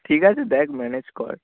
ঠিক আছে দেখ ম্যানেজ কর